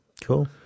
Cool